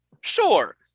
Sure